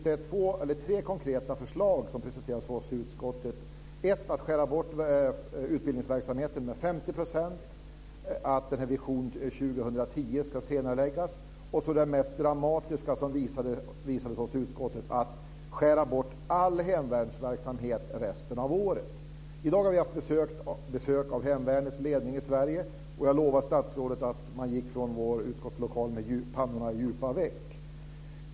Det är tre konkreta förslag som har presenterats för oss i utskottet. Det är för det första att skära bort utbildningsverksamheten med 50 %, för det andra att Vision 2010 ska senareläggas och för det tredje, vilket var det mest dramatiska som redovisades för oss i utskottet, att skära bort all hemvärnsverksamhet resten av året. I dag har vi haft besök av hemvärnets ledning i Sverige, och jag lovar statsrådet att man gick från vår utskottslokal med pannorna i djupa veck.